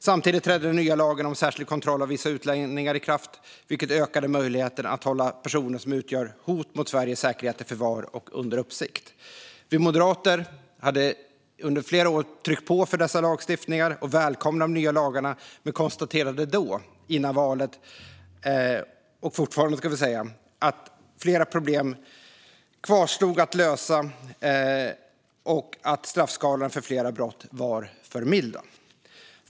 Samtidigt trädde den nya lagen om särskild kontroll av vissa utlänningar i kraft, vilket ökade möjligheten att hålla personer som utgör hot mot Sveriges säkerhet i förvar och under uppsikt. Vi moderater hade under flera år tryckt på för dessa lagstiftningar och välkomnade de nya lagarna men konstaterade då, före valet, att flera problem kvarstod att lösa och att straffskalorna för flera brott var för milda. Och så är det fortfarande.